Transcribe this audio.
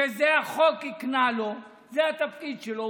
שזה החוק הקנה לו, זה התפקיד שלו.